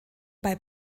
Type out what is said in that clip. bei